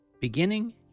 Beginning